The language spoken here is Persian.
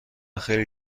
خیلی